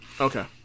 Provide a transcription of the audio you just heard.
Okay